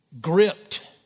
gripped